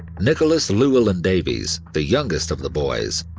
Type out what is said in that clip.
nicholas llewelyn davies, the youngest of the boys,